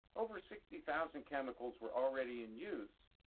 over sixty thousand chemicals were already in use,